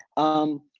um,